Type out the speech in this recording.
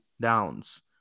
downs